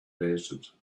desert